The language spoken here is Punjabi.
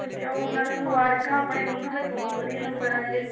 ਅੱਛਾ ਉਹ ਨਾਲੇ ਮੁਬਾਰਕਾਂ ਆਪਣੇ ਦੋਨਾਂ ਦੇ ਬਹੁਤ ਵਧੀਆ ਨੰਬਰ ਆ ਗਏ